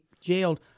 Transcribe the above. jailed